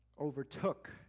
overtook